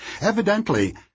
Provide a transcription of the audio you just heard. Evidently